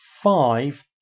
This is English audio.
five